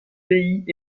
pays